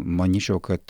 manyčiau kad